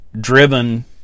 driven